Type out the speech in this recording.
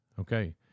Okay